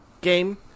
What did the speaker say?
game